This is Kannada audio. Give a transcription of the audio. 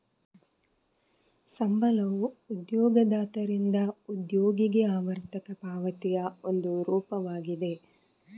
ಸಂಬಳವು ಉದ್ಯೋಗದಾತರಿಂದ ಉದ್ಯೋಗಿಗೆ ಆವರ್ತಕ ಪಾವತಿಯ ಒಂದು ರೂಪವಾಗಿದೆ